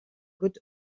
good